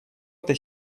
эта